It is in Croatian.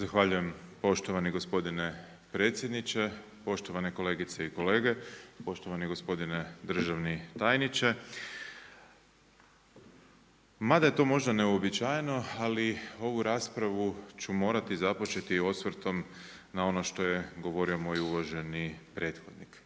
Zahvaljujem poštovani gospodine predsjedniče, poštovane kolegice i kolege, poštovani gospodine državni tajniče. Mada je to možda neuobičajeno ali ovu raspravu ću morati započeti osvrtom na ono što je govorio moj uvaženi prethodnik.